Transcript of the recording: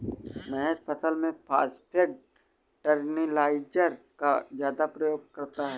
महेश फसल में phosphate fertiliser का ज्यादा प्रयोग करता है